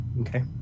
Okay